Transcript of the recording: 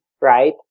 right